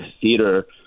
theater